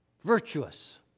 virtuous